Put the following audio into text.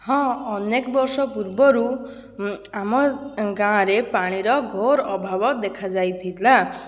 ହଁ ଅନେକ ବର୍ଷ ପୂର୍ବରୁ ଆମ ଗାଁରେ ପାଣିର ଘୋର ଅଭାବ ଦେଖାଯାଇଥିଲା